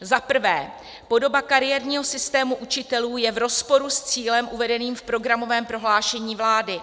Za prvé, podoba kariérního systému učitelů je v rozporu s cílem uvedeným v programovém prohlášení vlády.